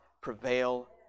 prevail